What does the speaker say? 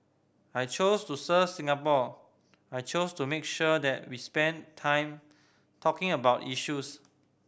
I chose to serve Singapore I chose to make sure that we spend time talking about issues